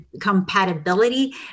compatibility